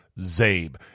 ZABE